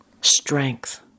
strength